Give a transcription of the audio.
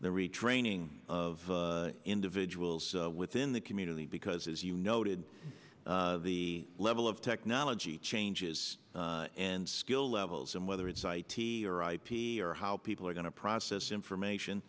the retraining of individuals within the community because as you noted the level of technology changes and skill levels and whether it's i t or ip or how people are going to process information